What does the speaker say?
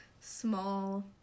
small